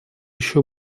еще